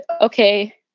okay